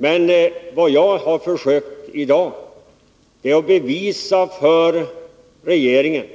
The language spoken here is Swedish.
Men vad jag har försökt göra i dag är att visa för regeringen,